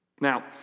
Now